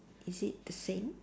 is it the same